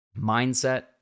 mindset